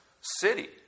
city